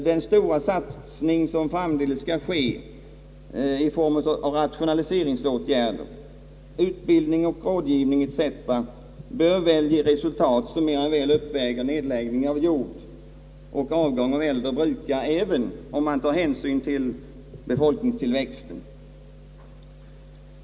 Den stora satsning som framdeles bör ske i form av rationaliseringsåtgärder, utbildning och rådgivning etc. bör väl ge resultat som mer än väl uppväger nedläggning av jordbruk och avgång av äldre brukare, även med beaktande av befolkningstillväxten.